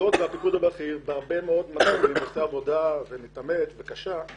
היות והפיקוד הבכיר בהרבה מאוד מהמקרים עושה עבודה קשה אז